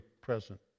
present